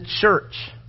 church